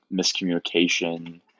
miscommunication –